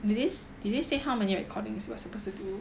did they did they say how many recordings we are supposed to do